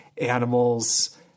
animals